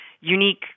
unique